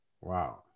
Wow